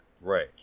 Right